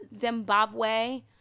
zimbabwe